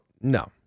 no